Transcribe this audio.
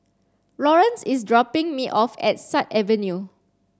Lawrence is dropping me off at Sut Avenue